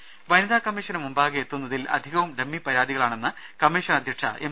്വനിതാ കമ്മീഷനു മുമ്പാകെ എത്തുന്നതിൽ അധികവുംഡമ്മി പരാതികളാണ് എന്നു കമ്മീഷൻ അധ്യക്ഷ എം